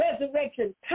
resurrection